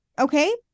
Okay